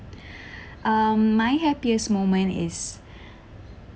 um my happiest moment is